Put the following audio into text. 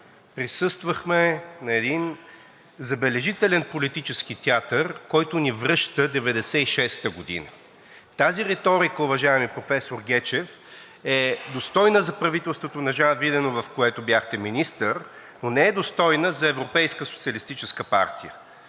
присъствахме на един забележителен политически театър, който ни връща 1996 г. Тази риторика, уважаеми професор Гечев, е достойна за правителството на Жан Виденов, в което бяхте министър, но не е достойна за европейска социалистическа партия.